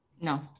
No